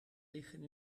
liggen